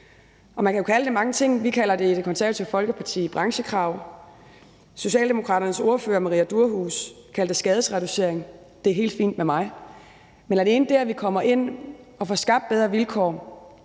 Man kan jo kalde det mange ting: Vi kalder det i det i Det Konservative Folkeparti branchekrav, mens Socialdemokraternes ordfører, fru Maria Durhuus, kalder det er skadesreducering. Det er helt fint med mig. Men alene det, at vi kommer ind og får skabt bedre vilkår